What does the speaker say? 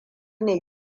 ne